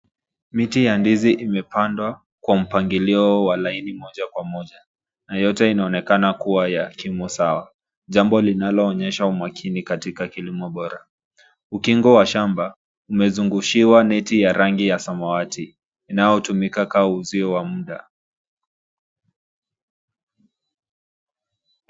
Miti ya ndizi imepandwa kwa mpangilio wa laini moja kwa moja na yote inaonekana kuwa ya kimo sawa. Jambo linaloonyesha umakini katika kilimo bora. Ukingo wa shamba umezungushiwa me to ya rangi ya samawati inayotumika kama uzio muda.